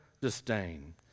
disdain